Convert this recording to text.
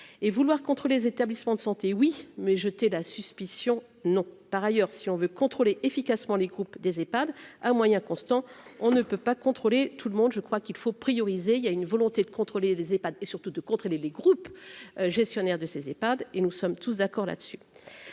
et vouloir contre les établissements de santé oui mais jeter la suspicion non, par ailleurs, si on veut contrôler efficacement les groupes des Epad à moyens constants, on ne peut pas contrôler tout le monde, je crois qu'il faut prioriser il y a une volonté de contrôler les épater et surtout de contrer les les groupes gestionnaires de ces Epad et nous sommes tous d'accord là-dessus,